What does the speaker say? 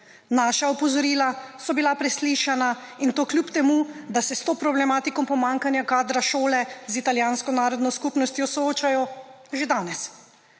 Naša opozorila so bila preslišana in to kljub temu, da se s to problematiko pomanjkanja kadra šole z italijansko narodno skupnostjo soočajo že danes.